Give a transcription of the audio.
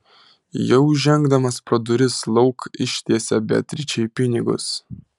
jau žengdamas pro duris lauk ištiesė beatričei pinigus